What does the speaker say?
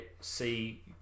see